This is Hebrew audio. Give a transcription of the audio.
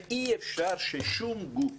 ואי אפשר ששום גוף